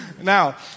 Now